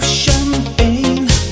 champagne